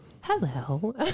hello